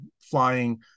flying